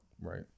right